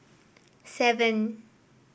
seven